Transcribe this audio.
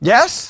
Yes